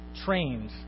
trained